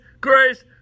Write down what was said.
grace